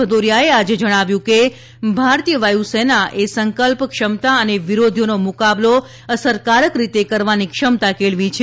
ભદૌરીયાએ આજે જણાવ્યું કે ભારતીય વાયુસેનાએ સંકલ્પ ક્ષમતા અને વિરોધીઓનો મુકાબલો અસરકારક રીતે કરવાની ક્ષમતા કેળવી છે